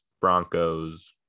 Broncos